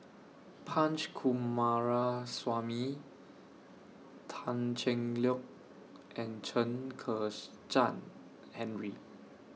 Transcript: Punch Coomaraswamy Tan Cheng Lock and Chen Kezhan Henri